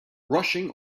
rushing